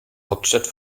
hauptstadt